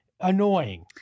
annoying